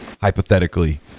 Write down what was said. hypothetically